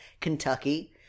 Kentucky